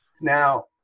Now